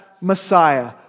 Messiah